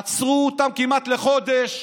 עצרו אותן כמעט לחודש,